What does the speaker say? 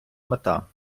мета